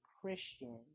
Christian